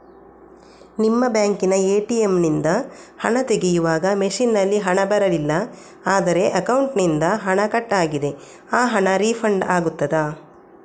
ನಿಮ್ಮ ಬ್ಯಾಂಕಿನ ಎ.ಟಿ.ಎಂ ನಿಂದ ಹಣ ತೆಗೆಯುವಾಗ ಮಷೀನ್ ನಲ್ಲಿ ಹಣ ಬರಲಿಲ್ಲ ಆದರೆ ಅಕೌಂಟಿನಿಂದ ಹಣ ಕಟ್ ಆಗಿದೆ ಆ ಹಣ ರೀಫಂಡ್ ಆಗುತ್ತದಾ?